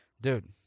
dude